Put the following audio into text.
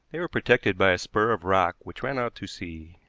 they were protected by a spur of rock which ran out to sea.